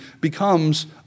becomes